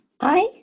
Hi